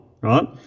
right